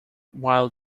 while